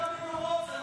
אתה מדבר למנורות.